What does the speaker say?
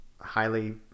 highly